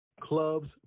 Clubs